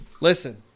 listen